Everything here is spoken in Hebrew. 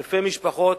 אלפי משפחות